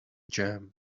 jam